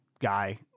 guy